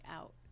out